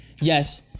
yes